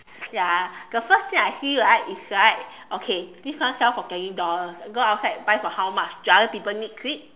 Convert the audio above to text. ya the first thing I see right is right okay this one sell for twenty dollars go outside buy for how much do other people needs it